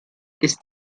ist